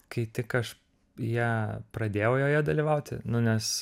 kai tik aš ją pradėjau joje dalyvauti nu nes